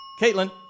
Caitlin